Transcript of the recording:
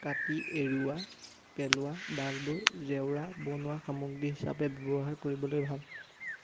কাটি এৰুৱাই পেলোৱা ডালবোৰ জেওৰা বনোৱা সামগ্ৰী হিচাপে ব্যৱহাৰ কৰিবলৈ ভাল